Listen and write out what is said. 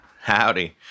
Howdy